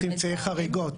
איך תמצאי חריגות?